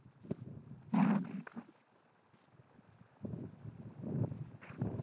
ᱦᱩᱸ ᱚᱱᱠᱟ